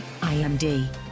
IMD